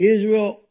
Israel